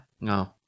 no